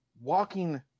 walking